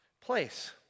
place